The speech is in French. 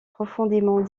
profondément